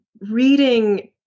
reading